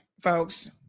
folks